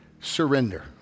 surrender